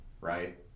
right